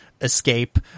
escape